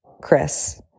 Chris